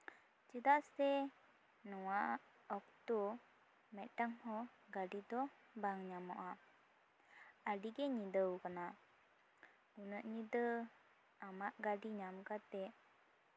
ᱪᱮᱫᱟᱜ ᱥᱮ ᱱᱚᱣᱟ ᱚᱠᱛᱚ ᱢᱤᱫᱴᱟᱝ ᱦᱚᱸ ᱜᱟᱹᱰᱤ ᱫᱚ ᱵᱟᱝ ᱧᱟᱢᱚᱜᱼᱟ ᱟᱹᱰᱤᱜᱮ ᱧᱤᱫᱟᱹᱣᱠᱟᱱᱟ ᱩᱱᱟᱹᱜ ᱧᱤᱫᱟᱹ ᱟᱢᱟᱜ ᱜᱟᱹᱰᱤ ᱧᱟᱢ ᱠᱟᱛᱮᱜ